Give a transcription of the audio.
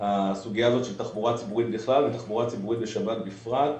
הסוגיה הזאת של תחבורה ציבורית בכלל ותחבורה ציבורית בשבת בפרט.